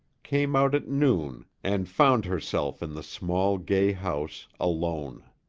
came out at noon and found herself in the small, gay house alone.